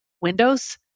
windows